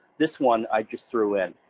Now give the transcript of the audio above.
this one i just threw in.